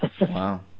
Wow